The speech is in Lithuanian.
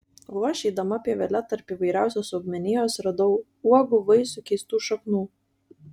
o aš eidama pievele tarp įvairiausios augmenijos radau uogų vaisių keistų šaknų